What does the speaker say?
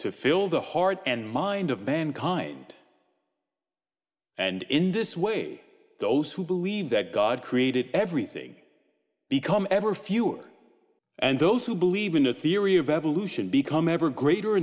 to fill the heart and mind of mankind and in this way those who believe that god created everything become ever fewer and those who believe in the theory of evolution become ever greater